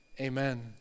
amen